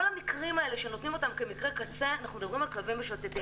כל המקרים שנותנים אותם כמקרי קצה הם של כלבים משוטטים.